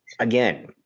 Again